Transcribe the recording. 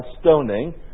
stoning